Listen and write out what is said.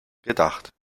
gedacht